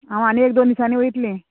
हांव आनी एक दोन दिसांनी वयतलें